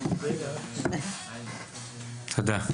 אוקיי, תודה.